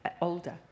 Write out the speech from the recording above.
older